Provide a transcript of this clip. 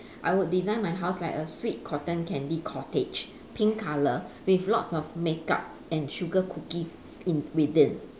I would design my house like a sweet cotton candy cottage pink colour with lots of makeup and sugar cookie in within